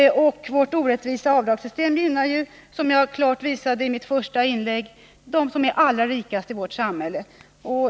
Vårt orättvisa avdragssystem gynnar, som jag klart visade i mitt första inlägg, dem som är allra rikast i vårt samhälle.